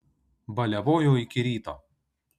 baliavojo iki ryto